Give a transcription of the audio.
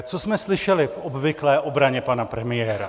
Co jsme slyšeli v obvyklé obraně pana premiéra?